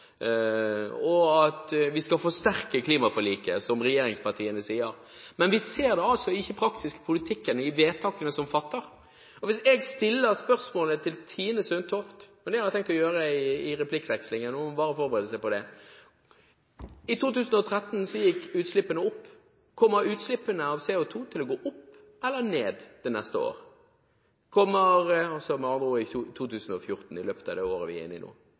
og at vi skal forsterke klimaforliket, som regjeringspartiene sier, men vi ser det ikke i den praktiske politikken og i vedtakene som fattes. Jeg vil stille spørsmålet til Tine Sundtoft – og det har jeg tenkt å gjøre i replikkvekslingen, hun må bare forberede seg på det. I 2013 gikk utslippene opp. Kommer utslippene av CO2 til å gå opp eller ned til neste år, altså med andre ord i 2014 – i løpet av det året vi er inne i nå?